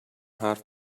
حرف